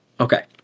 okay